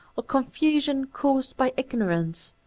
or confusion caused by ignorance.